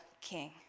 king